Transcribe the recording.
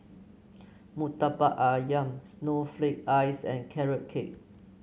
Murtabak ayam Snowflake Ice and Carrot Cake